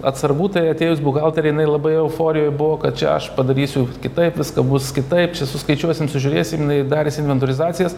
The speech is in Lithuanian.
atsargų tai atėjus buhalterei jinai labai euforijoj buvo kad čia aš padarysiu kitaip viską bus kitaip čia suskaičiuosim sužiūrėsim jinai darėsi inventorizacijas